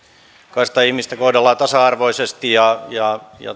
jokaista ihmistä kohdellaan tasa arvoisesti ja ja